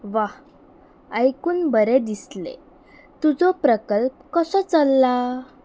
वाह आयकून बरें दिसलें तुजो प्रकल्प कसो चलला